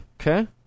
Okay